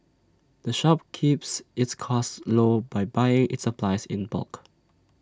the shop keeps its costs low by buying its supplies in bulk